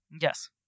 Yes